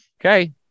Okay